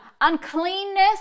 Uncleanness